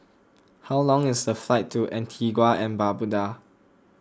how long is the flight to Antigua and Barbuda